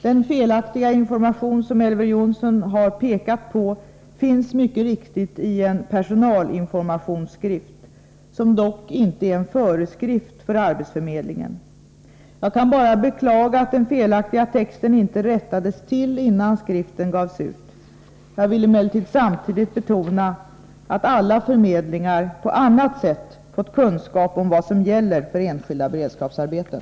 Den felaktiga information som Elver Jonsson har pekat på finns mycket riktigt i en personalinformationsskrift, som dock inte är en föreskrift för arbetsförmedlingen. Jag kan bara beklaga att den felaktiga texten inte rättades till innan skriften gavs ut. Jag vill emellertid samtidigt betona att alla förmedlingar på annat sätt fått kunskap om vad som gäller för enskilda beredskapsarbeten.